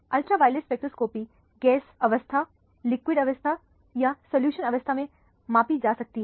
ultraviolet spectroscopy gas अवस्था liquid अवस्था या सॉल्यूशन अवस्था में मापी जा सकती है